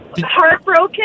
heartbroken